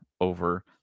over